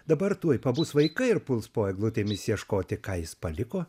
dabar tuoj pabus vaikai ir puls po eglutėmis ieškoti ką jis paliko